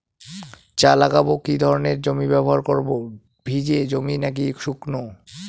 চা লাগাবো কি ধরনের জমি ব্যবহার করব ভিজে জমি নাকি শুকনো?